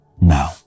now